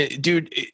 Dude